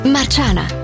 Marciana